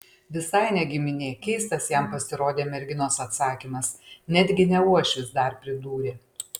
visai ne giminė keistas jam pasirodė merginos atsakymas netgi ne uošvis dar pridūrė